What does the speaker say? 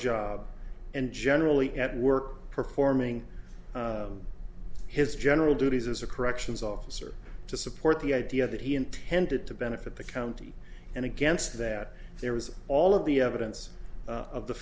job and generally at work performing his general duties as a corrections officer to support the idea that he intended to benefit the county and against that there was all of the evidence of the